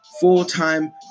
full-time